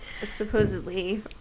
supposedly